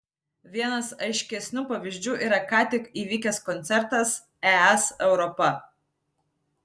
vienas aiškesnių pavyzdžių yra ką tik įvykęs koncertas es europa